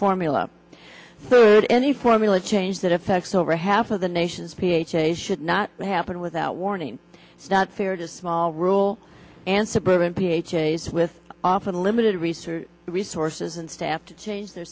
formula third any formula change that effects over half of the nation's p h a should not happen without warning not fair to small rural and suburban p h a as with often limited research resources and staff to change their